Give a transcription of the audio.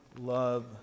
love